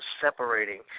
separating